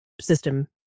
system